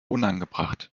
unangebracht